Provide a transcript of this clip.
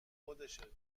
خودشه